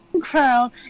crowd